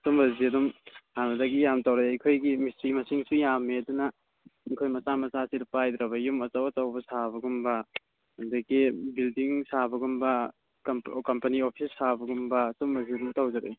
ꯑꯗꯨꯒꯨꯝꯕꯁꯤ ꯑꯗꯨꯝ ꯍꯥꯟꯅꯗꯒꯤ ꯌꯥꯝ ꯇꯧꯔꯛꯏ ꯑꯩꯈꯣꯏꯒꯤ ꯃꯤꯁꯇ꯭ꯔꯤ ꯃꯁꯤꯡꯁꯨ ꯌꯥꯝꯃꯦ ꯑꯗꯨꯅ ꯑꯩꯈꯣꯏ ꯃꯆꯥ ꯃꯆꯥꯁꯤꯗꯤ ꯄꯥꯏꯗ꯭ꯔꯕ ꯌꯨꯝ ꯑꯆꯧ ꯑꯆꯧꯕ ꯁꯥꯕꯒꯨꯝꯕ ꯑꯗꯒꯤ ꯕꯤꯜꯗꯤꯡ ꯁꯥꯕꯒꯨꯝꯕ ꯀꯝꯄꯅꯤ ꯑꯣꯐꯤꯁ ꯁꯥꯕꯒꯨꯝꯕ ꯑꯗꯨꯒꯨꯝꯕꯁꯨ ꯑꯗꯨꯝ ꯇꯧꯖꯔꯛꯏ